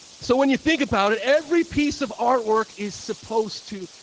so when you think about it, every piece of artwork is supposed to,